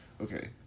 Okay